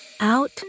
Out